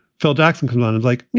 phil jackson converted. like yeah.